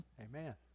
amen